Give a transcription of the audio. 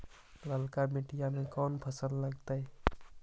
ललका मट्टी में कोन फ़सल लगतै?